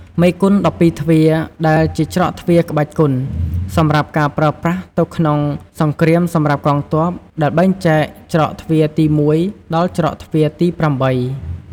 មេគុន ១២ទ្វារ ដែលជាច្រកទ្វារក្បាច់គុន សម្រាប់ការប្រើប្រាសទៅក្នុងសង្គ្រាមសម្រាប់កងទ័ព ដែលបែងចែក ច្រកទ្វារទី១ ដល់ច្រកទ្វារទី៨។